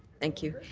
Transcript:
thank you.